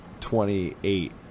twenty-eight